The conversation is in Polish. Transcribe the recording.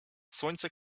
słońce